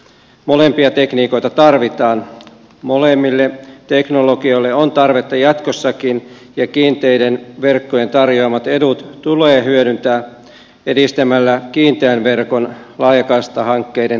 molempia tekniikoita tarvitaan molemmille teknologioille on tarvetta jatkossakin ja kiinteiden verkkojen tarjoamat edut tulee hyödyntää edistämällä kiinteän verkon laajakaistahankkeiden toteuttamista